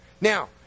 Now